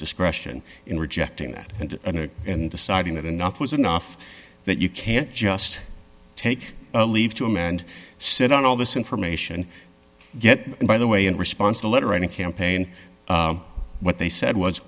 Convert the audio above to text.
discretion in rejecting that and deciding that enough was enough that you can't just take a leave to him and sit on all this information get him by the way in response to a letter writing campaign what they said was